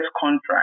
contract